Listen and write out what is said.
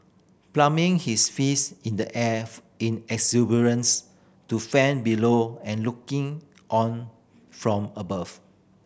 pumping his fist in the air in exuberance to fan below and looking on from above